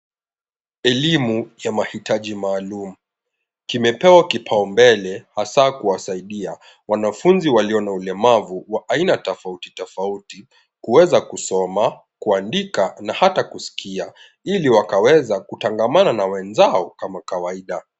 Elimu ya mahitaji maalum kimepewa kipau mbele hasaa kuwasaidia wanafunzi walio na ulemavu wa aina tofautitofauti kuweza kusoma, kuandika na hata kusikia ili wakaweza kutagamana na wenzao kama kawaida.